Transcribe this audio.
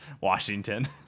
Washington